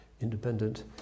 independent